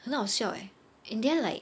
很好笑 eh in the end like